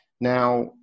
Now